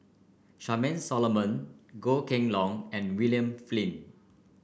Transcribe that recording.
Charmaine Solomon Goh Kheng Long and William Flint